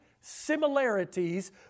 similarities